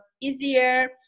easier